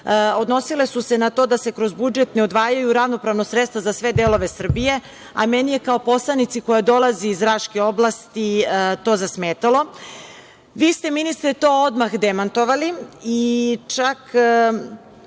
Odnosile su se na to da se kroz budžet ne odvajaju ravnopravno sredstva za sve delove Srbije, a meni je kao poslanici koja dolazi iz Raške oblasti to zasmetalo. Vi ste, ministre, to odmah demantovali i čak